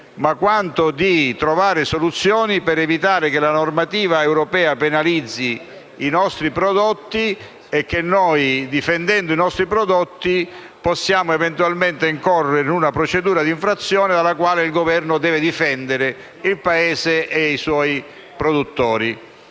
quello di ricercare soluzioni per evitare che la normativa europea penalizzi i nostri prodotti e per evitare che noi, difendendo i nostri prodotti, possiamo eventualmente incorrere in una procedura di infrazione, dalla quale il Governo deve difendere il Paese e i suoi produttori.